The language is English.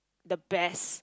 the best